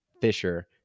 Fisher